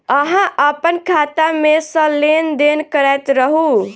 अहाँ अप्पन खाता मे सँ लेन देन करैत रहू?